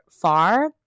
far